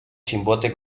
chimbote